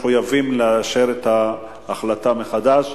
מחויבים לאשר את ההחלטה מחדש.